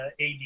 AD